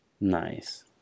Nice